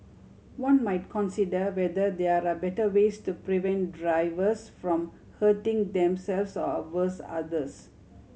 one might consider whether there are better ways to prevent drivers from hurting themselves or worse others